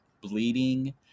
bleeding